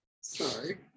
Sorry